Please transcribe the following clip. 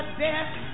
death